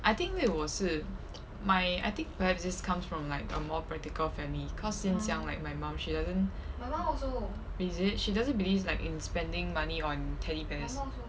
I think 因为我是 my I think perhaps this comes from like a more practical family because since young like my mum she doesn't is it she doesn't believe like in spending money on teddy bears